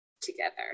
together